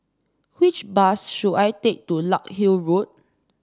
which bus should I take to Larkhill Road